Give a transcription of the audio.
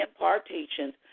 impartations